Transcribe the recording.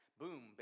boom